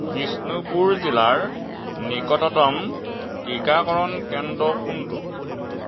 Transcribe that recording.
বিষ্ণুপুৰ জিলাৰ নিকটতম টিকাকৰণ কেন্দ্ৰ কোনটো